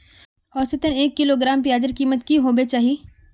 औसतन एक किलोग्राम प्याजेर कीमत की होबे चही?